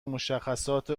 مشخصات